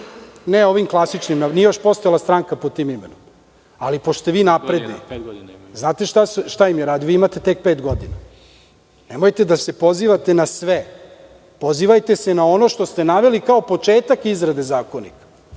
ne ovim klasičnim, nije još postojala stranka pod tim imenom, ali pošto ste vi napredni, znate li šta im je radio? Vi imate tek pet godina, nemojte da se pozivate na sve, pozivajte se na ono što ste naveli kao početak izrade zakona. Dakle,